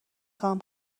خوام